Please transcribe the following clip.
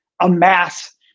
amass